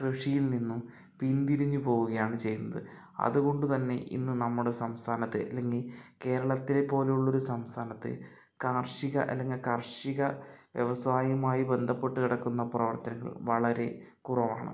കൃഷിയിൽ നിന്നും പിൻതിരിഞ്ഞ് പോവുകയാണ് ചെയ്യുന്നത് അതുകൊണ്ടുതന്നെ ഇന്ന് നമ്മുടെ സംസ്ഥാനത്തെ അല്ലെങ്കിൽ കേരളത്തെ പോലുള്ള ഒരു സംസ്ഥാനത്തെ കാർഷിക അല്ലെങ്കിൽ കർഷിക വ്യവസായവുമായി ബന്ധപ്പെട്ട് കിടക്കുന്ന പ്രവർത്തനങ്ങൾ വളരെ കുറവാണ്